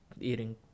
Eating